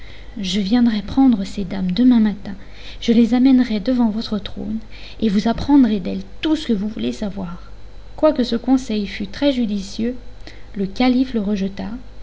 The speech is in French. je viendrai prendre ces dames demain matin je les amènerai devant votre trône et vous apprendrez d'elles tout ce que vous voulez savoir quoique ce conseil fût très judicieux le calife le rejeta